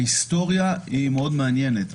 ההיסטוריה היא מאוד מעניינת.